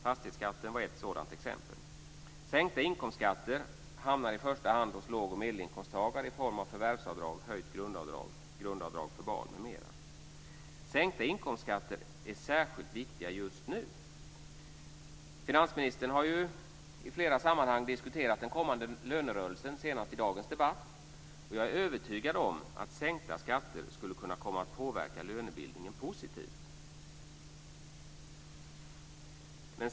Fastighetsskatten är ett exempel. Sänkta inkomstskatter hamnar i första hand hos låg och medelinkomsttagare i form av förvärvsavdrag, höjt grundavdrag, grundavdrag för barn etc. Sänkta inkomstskatter är särskilt viktiga just nu. Finansministern har i flera sammanhang - och senast i dagens debatt - diskuterat den kommande lönerörelsen. Jag är övertygad om att sänkta skatter skulle komma att påverka lönebildningen positivt.